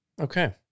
Okay